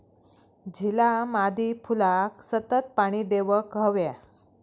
झिला मादी फुलाक सतत पाणी देवक हव्या